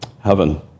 heaven